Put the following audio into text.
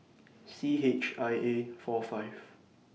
C H I A four five